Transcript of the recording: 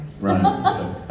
Right